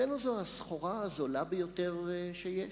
אצלנו זו הסחורה הזולה ביותר שיש.